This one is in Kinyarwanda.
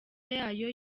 yayo